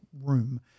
room